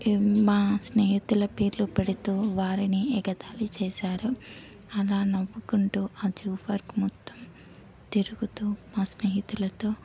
మా స్నేహితుల పేర్లు పెడుతూ వారిని ఎగతాళి చేశారు అలా నవ్వుకుంటూ ఆ జూ పార్క్ మొత్తం తిరుగుతూ మా స్నేహితులతో